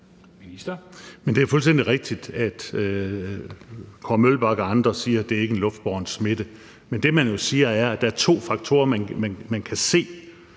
det er fuldstændig rigtigt, at Kåre Mølbak og andre siger, at det ikke er en luftbåren smitte. Men det, man jo siger, er, at der er to faktorer, man kan se